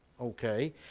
Okay